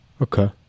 Okay